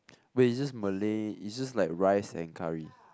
wait is just Malay is just like rice and curry